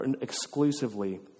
exclusively